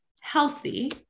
healthy